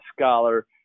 scholar